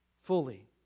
Fully